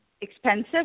expensive